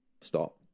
stop